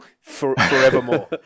forevermore